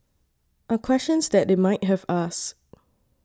are questions that they might have asked